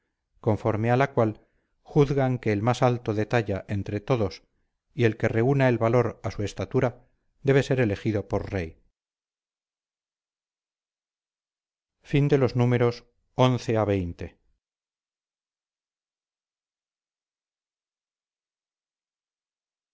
conforme a la cual juzgan que el más alto de talla entre todos y el que reúna el valor a su estatura debe ser el elegido por rey xxi